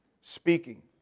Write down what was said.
speaking